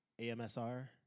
AMSR